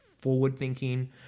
forward-thinking